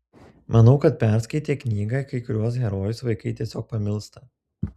manau kad perskaitę knygą kai kuriuos herojus vaikai tiesiog pamilsta